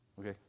Okay